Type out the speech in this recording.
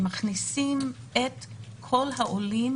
שמכניסים את כל העולים,